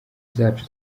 zacu